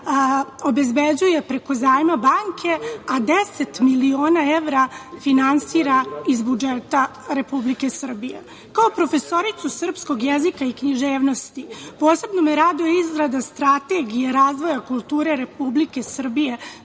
obezbeđuje preko zajma banke, a 10 miliona evra finansira iz budžeta Republike Srbije. Kao profesoricu srpskog jezika i književnosti, posebno me raduje izrada strategije razvoja kulture Republike Srbije